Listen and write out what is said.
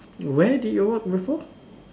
where did you work before